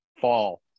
fall